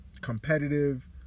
competitive